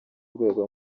rwego